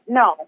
no